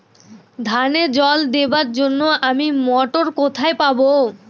ধানে জল দেবার জন্য আমি মটর কোথায় পাবো?